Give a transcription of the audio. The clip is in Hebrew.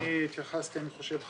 אני התייחסתי, אני חושב.